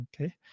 Okay